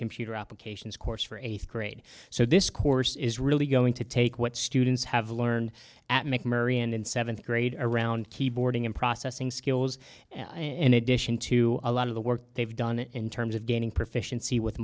computer applications course for eighth grade so this course is really going to take what students have learned at mcmurray and in seventh grade around keyboarding in processing skills in addition to a lot of the work they've done in terms of gaining proficiency with